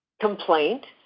complaint